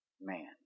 man